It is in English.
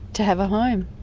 to have a home.